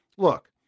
Look